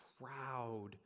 proud